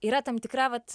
yra tam tikra vat